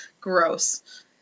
gross